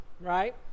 right